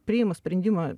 priima sprendimą